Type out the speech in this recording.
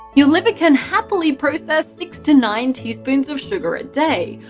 your liver can happily process six to nine teaspoons of sugar a day.